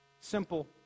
simple